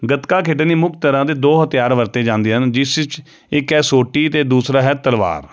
ਗਤਕਾ ਖੇਡਣੀ ਮੁੱਖ ਤਰ੍ਹਾਂ ਦੇ ਦੋ ਹਥਿਆਰ ਵਰਤੇ ਜਾਂਦੇ ਹਨ ਜਿਸ ਵਿੱਚ ਇੱਕ ਹੈ ਸੋਟੀ ਅਤੇ ਦੂਸਰਾ ਹੈ ਤਲਵਾਰ